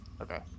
Okay